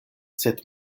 sed